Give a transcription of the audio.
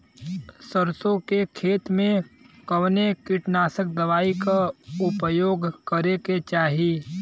सरसों के खेत में कवने कीटनाशक दवाई क उपयोग करे के चाही?